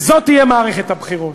זאת תהיה מערכת הבחירות,